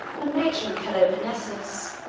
a matron of peloponnesus,